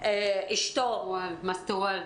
אשתו מסטוואל?